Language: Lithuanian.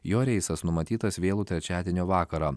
jo reisas numatytas vėlų trečiadienio vakarą